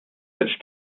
such